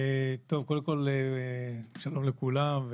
שלום לכולם.